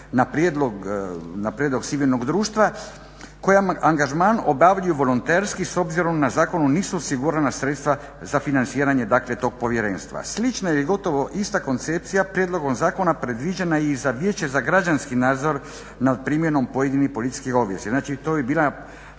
na prijedlog civilnog društva koja angažman obavljaju volonterski s obzirom da u zakonu nisu osigurana sredstva za financiranje, dakle tog Povjerenstva. Slična ili gotovo ista koncepcija prijedlogom zakona predviđena je i za Vijeće za građanski nadzor nad primjenom pojedinih policijskih obavijesti.